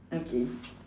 okay